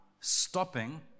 stopping